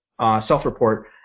self-report